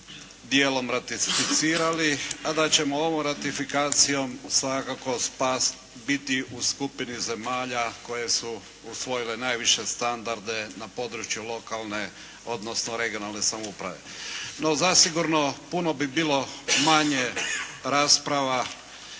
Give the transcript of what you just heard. dijelom ratificirali, a da ćemo ovom ratifikacijom spasti, biti u skupini zemalja koje su usvojile najviše standarde na području lokalne odnosno regionalne samouprave. No zasigurno puno bi bilo manje rasprava